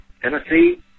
Tennessee